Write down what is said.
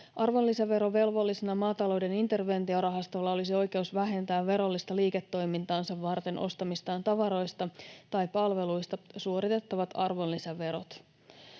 Arvonlisäverovelvollisena maatalouden interventiorahastolla olisi oikeus vähentää verollista liiketoimintaansa varten ostamistaan tavaroista tai palveluista suoritettavat arvonlisäverot.